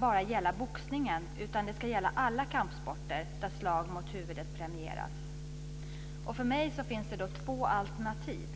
bara i boxning utan i alla kampsporter där slag mot huvudet premieras. För mig finns det två alternativ.